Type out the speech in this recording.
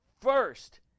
first